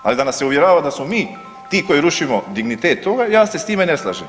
Ali da nas se uvjerava da smo mi ti koji rušimo dignitet toga ja se s time ne slažem.